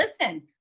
listen